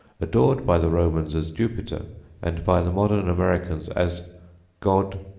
adored by the romans as jupiter and by the modern americans as god,